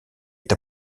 est